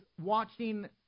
watching